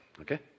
Okay